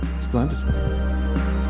Splendid